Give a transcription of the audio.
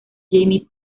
jaime